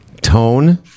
tone